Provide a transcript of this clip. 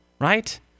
right